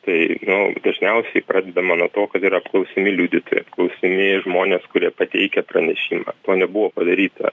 tai nu dažniausiai pradedama nuo to kad yra apklausiami liudytojai apklausiami žmonės kurie pateikia pranešimą to nebuvo padaryta